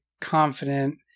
confident